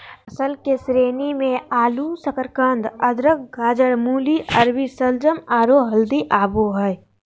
फसल के श्रेणी मे आलू, शकरकंद, अदरक, गाजर, मूली, अरबी, शलजम, आरो हल्दी आबो हय